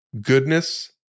goodness